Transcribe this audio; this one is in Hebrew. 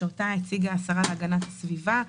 שאותה הציגה השרה להגנת הסביבה,